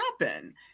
happen